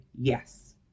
yes